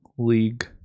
League